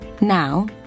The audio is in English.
Now